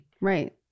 right